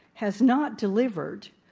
has not delivered,